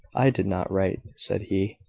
i did not write, said he,